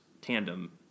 tandem